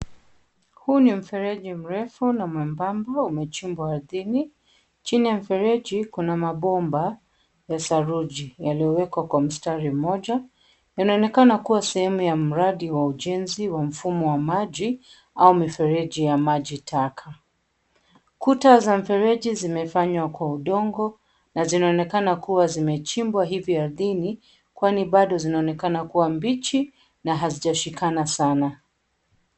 Huu ni mfereji mrefu na mwembamba umechimba ardhini. Chini ya mfereji kuna mabomba ya saruji yaliyowekwa kwa mstari mmoja, yanaonekana kuwa sehemu ya mradi wa ujenzi wa mfumo wa maji au mifereji ya maji taka. Kuta za mfereji zimefanywa kwa udongo, na zinaonekana kuwa zimechimbwa hivi ardhini, kwani bado zinaonekana kuwa mbichi na hazijashikana sana.